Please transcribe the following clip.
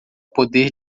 poder